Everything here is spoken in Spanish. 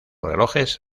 relojes